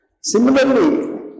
Similarly